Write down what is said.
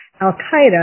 Al-Qaeda